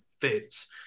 fits